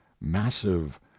massive